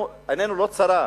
עיננו לא צרה,